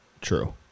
true